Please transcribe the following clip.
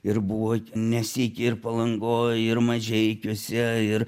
ir buvo nesyk ir palangoj ir mažeikiuose ir